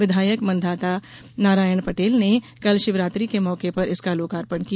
विधायक माँधाता नारायण पटेल ने कल षिवरात्रि के मौके पर इसका लोकार्पण किया